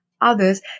others